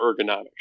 ergonomics